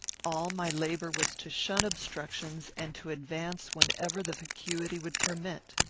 all my labour was to shun obstructions and to advance whenever the vacuity would permit.